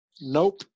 nope